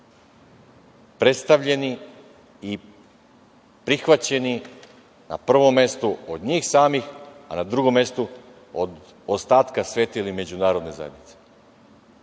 predstavljeni i prihvaćeni na prvom mestu od njih samih, a na drugom mestu od ostatka sveta ili međunarodne zajednice. Ne